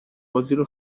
بازیرو